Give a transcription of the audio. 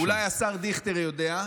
אולי השר דיכטר יודע,